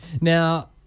Now